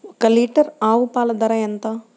ఒక్క లీటర్ ఆవు పాల ధర ఎంత?